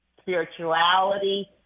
spirituality